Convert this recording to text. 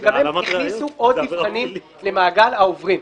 שגם הם הכניסו עוד נבחנים למעגל העוברים.